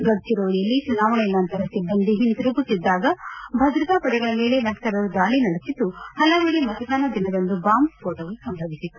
ಗಡ್ಚಿರೋಲಿಯಲ್ಲಿ ಚುನಾವಣೆ ನಂತರ ಸಿಬ್ಬಂದಿ ಹಿಂದಿರುಗುತ್ತಿದ್ದಾಗ ಭದ್ರತಾಪಡೆಗಳ ಮೇಲೆ ನಕ್ಸಲರು ದಾಳಿ ನಡೆಸಿದ್ದು ಹಲವೆಡೆ ಮತದಾನ ದಿನದಂದು ಬಾಂಬ್ ಸ್ಫೋಟವೂ ಸಂಭವಿಸಿತ್ತು